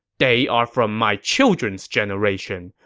they are from my children's generation,